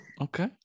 okay